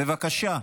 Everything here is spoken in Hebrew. בבקשה.